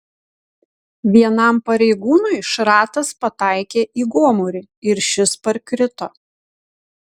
vienam pareigūnui šratas pataikė į gomurį ir šis parkrito